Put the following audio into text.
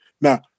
now